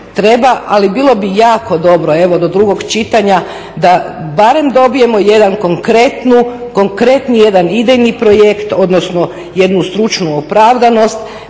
treba. Ali bilo bi jako dobro evo do drugog čitanja da barem dobijemo jedan konkretan idejni projekt odnosno jednu stručnu opravdanost